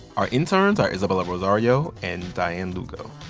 our interns are isabella rosario and dianne lugo.